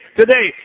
today